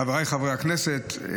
חבריי חברי הכנסת,